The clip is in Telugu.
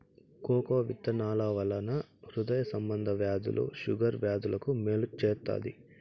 కోకో విత్తనాల వలన హృదయ సంబంధ వ్యాధులు షుగర్ వ్యాధులకు మేలు చేత్తాది